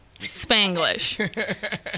Spanglish